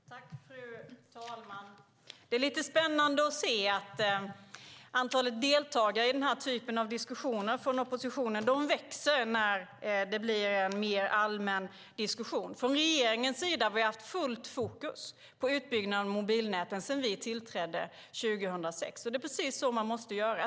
Fru talman! Det är intressant att se att antalet deltagare från oppositionen i den här typen av diskussioner växer när det blir en mer allmän diskussion. Vi i regeringen har haft fullt fokus på utbyggnad av mobilnäten sedan vi tillträdde 2006, och det är precis som man måste göra.